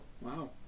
Wow